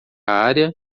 área